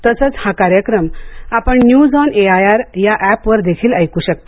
तसंच हा कार्यक्रम आपण news on A I R या एप वर देखील ऐकू शकता